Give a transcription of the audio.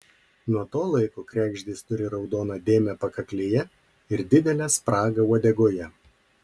nuo to laiko kregždės turi raudoną dėmę pakaklėje ir didelę spragą uodegoje